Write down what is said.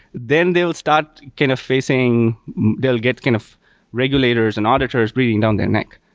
then they'll start kind of facing they'll get kind of regulators and auditors breathing down their neck.